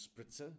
spritzer